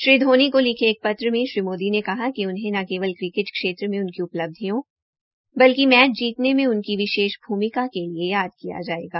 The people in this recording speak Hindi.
श्री धोनी को लिखे एक पत्र में श्री मोदी को लिखे पत्र में श्री मोदी ने कहा कि उन्हें न केवल क्रिकेट क्षेत्र में उनकी उपलब्धियों बल्कि मैच जीतने मैं उनकी विशेष भूमिका के लिए याद किया जायेगा